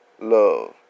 love